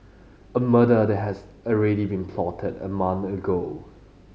a murder that has already been plotted a month ago